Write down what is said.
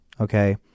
Okay